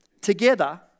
Together